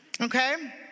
Okay